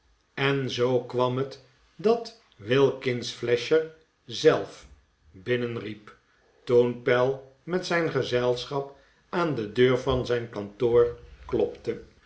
en zoo kwam het dat wilkins flasher zelf bmnenl riep toen pell met zijn gezelschap aan de deur van zijn kantoor klopte